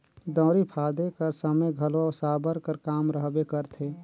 दउंरी फादे कर समे घलो साबर कर काम रहबे करथे